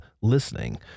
listening